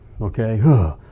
Okay